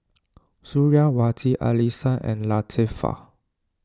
Suriawati Alyssa and Latifa